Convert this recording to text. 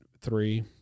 three